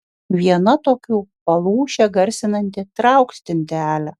viena tokių palūšę garsinanti trauk stintelę